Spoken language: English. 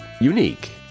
unique